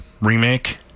remake